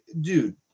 dude